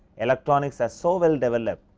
electronic so as so well develop,